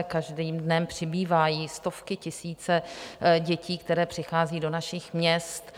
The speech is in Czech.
Každým dnem přibývají stovky, tisíce dětí, které přicházejí do našich měst.